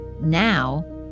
Now